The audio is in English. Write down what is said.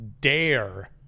dare